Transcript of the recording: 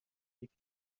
تکرار